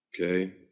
Okay